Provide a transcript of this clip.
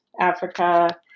Africa